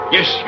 Yes